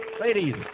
Ladies